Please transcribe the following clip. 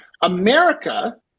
America